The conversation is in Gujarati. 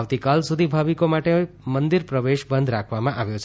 આવતીકાલ સુધી ભાવિકો માટે મંદિર પ્રવેશ બંધ રાખવામાં આવ્યો છે